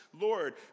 Lord